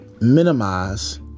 minimize